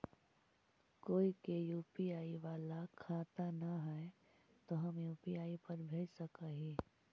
कोय के यु.पी.आई बाला खाता न है तो हम यु.पी.आई पर भेज सक ही?